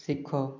ଶିଖ